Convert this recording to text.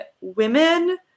women